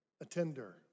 attender